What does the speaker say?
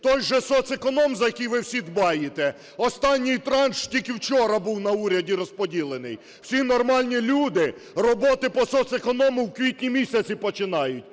Той же соцеконом, за який ви всі дбаєте, останній транш тільки вчора був на уряді розподілений. Всі нормальні люди роботи по соцеконому в квітні місяці починають,